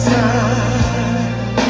time